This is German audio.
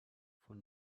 vor